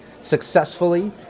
successfully